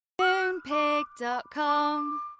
Moonpig.com